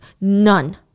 None